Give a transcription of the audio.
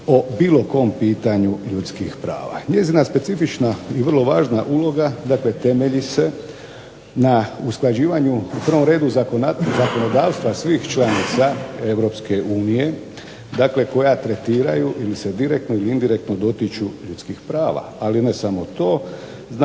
o bilo kom pitanju ljudskih prava. Njezina specifična i vrlo važna uloga, dakle temelji se na usklađivanju u prvom redu zakonodavstva svih članica Europske unije, dakle koja tretiraju ili se direktno ili indirektno dotiču ljudskih prava. Ali ne samo to.